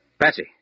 Patsy